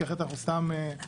כי אחרת אנחנו סתם מתפרסים.